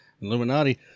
Illuminati